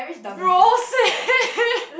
bro